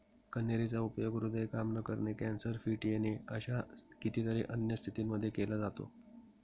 कन्हेरी चा उपयोग हृदय काम न करणे, कॅन्सर, फिट येणे अशा कितीतरी अन्य स्थितींमध्ये केला जातो